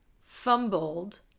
fumbled